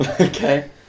Okay